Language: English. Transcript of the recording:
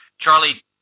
Charlie